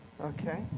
Okay